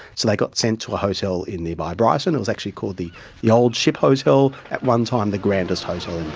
so they got sent to a hotel in nearby brighton. it was actually called the the old ship hotel, at one time the grandest hotel in